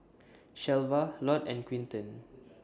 Shelva Lott and Quinton